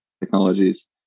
technologies